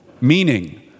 meaning